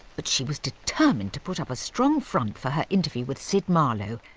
but she was determined to put up a strong front for her interview with sid marlowe,